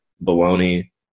bologna